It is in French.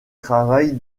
travaille